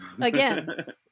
again